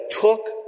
took